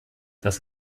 das